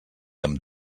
amb